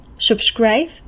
Subscribe